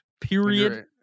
Period